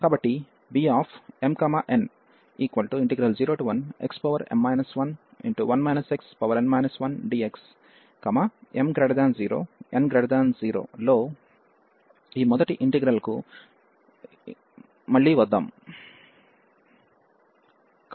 కాబట్టి Bmn01xm 11 xn 1dx m0n0లో ఈ మొదటి ఇంటిగ్రల్ కు మళ్ళీ వద్దాం